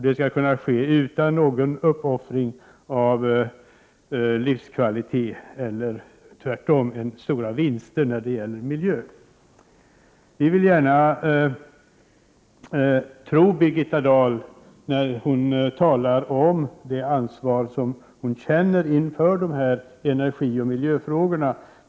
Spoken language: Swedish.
Det skall kunna ske utan någon uppoffring av livskvalitet —- tvärtom blir det stora vinster när det gäller miljön. Vi vill gärna tro Birgitta Dahl, när hon talar om det ansvar som hon känner inför dessa energioch miljöfrågor.